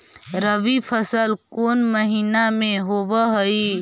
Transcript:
रबी फसल कोन महिना में होब हई?